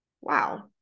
wow